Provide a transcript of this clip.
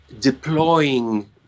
deploying